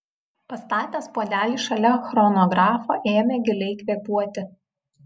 pastatęs puodelį šalia chronografo ėmė giliai kvėpuoti